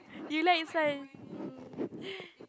you like science